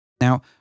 Now